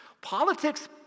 Politics